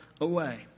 away